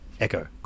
Echo